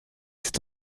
cet